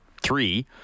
three